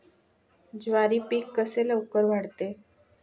ज्वारी पीक कसे लवकर वाढते?